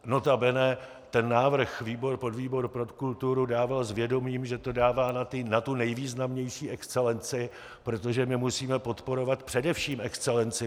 Nota bene ten návrh podvýboru pro kulturu dával s vědomím, že to dává na tu nejvýznamnější excelenci, protože my musíme podporovat především excelenci.